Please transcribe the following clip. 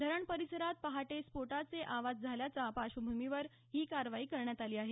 धऱण परिसरात पहाटे स्फोटाचे आवाज झाल्याच्या पार्श्वभूमीवर ही कारवाई करण्यात आली आहे